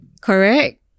correct